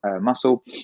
muscle